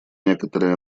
некоторые